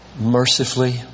mercifully